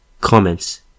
Comments